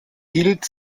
hielt